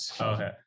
Okay